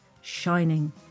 shining